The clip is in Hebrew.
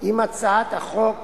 אם הצעת החוק